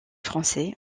français